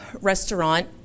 restaurant